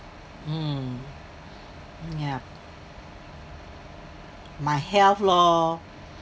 mm yup my health lor